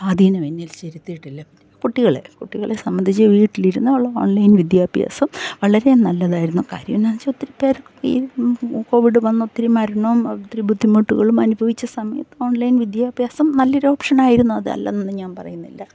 സ്വാധീനം എന്നിൽ ചെലുത്തിയിട്ടില്ല കുട്ടികളെ കുട്ടികളെ സംബന്ധിച്ച് വീട്ടിലിരുന്നുള്ള ഓൺലൈൻ വിദ്യാഭ്യാസം വളരെ നല്ലതായിരുന്നു കാര്യം എന്താണ് വെച്ചാൽ ഒത്തിരി പേർ ഈ കോവിഡ് വന്ന് ഒത്തിരി മരണവും ഒത്തിരി ബിദ്ധിമുട്ടുകളും അനുഭവിച്ച സമയത്ത് ഓൺലൈൻ വിദ്യാഭ്യാസം നല്ല ഒരു ഓപ്ഷൻ ആയിരുന്നു അതല്ല എന്നൊന്നും ഞാൻ പറയുന്നില്ല